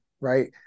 right